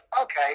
okay